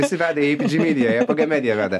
visi veda į gpt į apg media veda